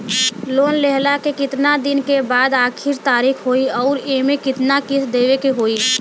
Loan लेहला के कितना दिन के बाद आखिर तारीख होई अउर एमे कितना किस्त देवे के होई?